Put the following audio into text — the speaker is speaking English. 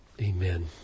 Amen